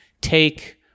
take